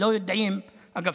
אגב,